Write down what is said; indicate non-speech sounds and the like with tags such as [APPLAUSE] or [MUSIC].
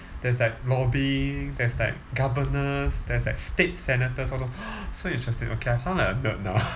there's like nobbing there's like governors there's like state senators all tho~ [NOISE] so interesting okay I sound like a nerd now